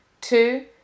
Two